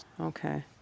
Okay